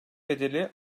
bedeli